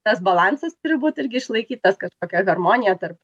tas balansas turi būti irgi išlaikytas kad tokia harmonija tarp